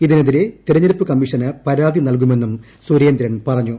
ഇതിനെതിരേ തെരഞ്ഞെടുപ്പ് കമ്മീഷന് പരാതി നൽകുമെന്നും സുരേന്ദ്രൻ പറഞ്ഞു